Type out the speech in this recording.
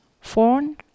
phone